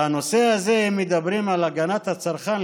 אם מדברים על הגנת הצרכן,